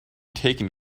taken